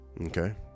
okay